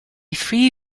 free